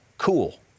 Cool